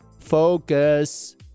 Focus